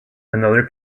another